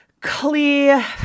clear